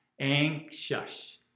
Anxious